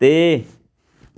ਤੇ